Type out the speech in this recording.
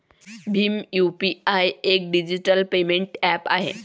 Bhim UPI एक digital payment app आहे